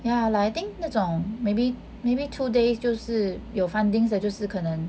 ya like I think 那种 maybe maybe two days 就是有 fundings 的就是可能